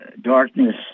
darkness